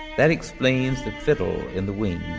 that explains the fiddle in the wind